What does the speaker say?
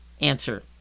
Answer